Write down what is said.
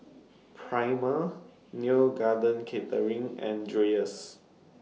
Prima Neo Garden Catering and Dreyers